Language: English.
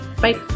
Bye